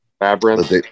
Labyrinth